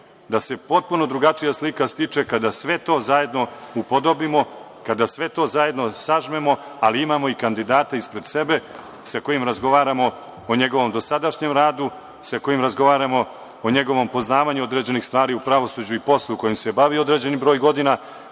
da se potpuno drugačija slika stiče kada sve to zajedno upodobimo, kada sve to zajedno sažmemo, ali imamo i kandidata ispred sebe sa kojim razgovaramo o njegovom dosadašnjem radu, sa kojim razgovaramo o njegovom poznavanju određenih stvari u pravosuđu i poslu kojim se bavio određeni broj godina